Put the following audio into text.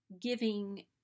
giving